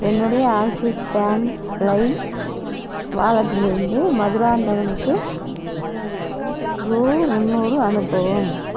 என்னுடைய Axis Bank Lime வாலெட்டிலிருந்து மதுராந்தகனுக்கு ரூபா முந்நூறு அனுப்பவும்